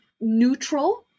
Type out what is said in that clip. neutral